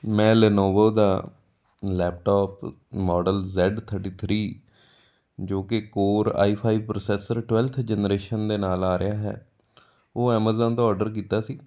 ਮੈਂ ਲੈਨੋਵੋ ਦਾ laptop model Z thirty three ਜੋ ਕਿ core i five processor twelfth generation ਦੇ ਨਾਲ ਆ ਰਿਹਾ ਹੈ ਉਹ ਐਮਾਜ਼ੋਨ ਤੋਂ ਔਰਡਰ ਕੀਤਾ ਸੀ